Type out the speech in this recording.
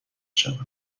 شود